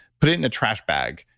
put it in a trash bag,